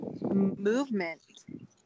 movement